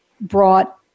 brought